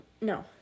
No